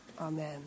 Amen